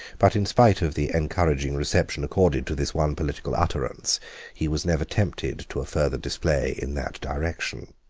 but in spite of the encouraging reception accorded to this one political utterance he was never tempted to a further display in that direction.